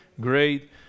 great